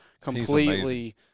completely